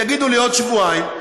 יגידו לי: עוד שבועיים,